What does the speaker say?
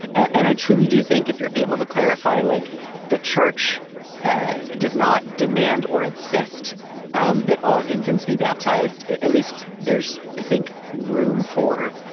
and i truly do think if you're able to clarify, like the church ah does not demand or insist um that all infants be baptized, at least there's, i think, room for